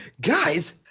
guys